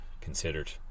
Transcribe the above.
considered